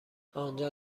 آنجا